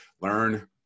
Learn